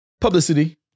publicity